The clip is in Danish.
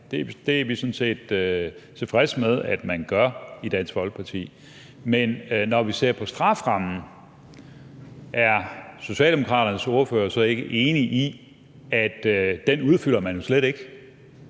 Det er vi i Dansk Folkeparti tilfredse med at man gør. Men når vi ser på strafferammen, er Socialdemokraternes ordfører så ikke enig i, at den udfylder man jo slet ikke?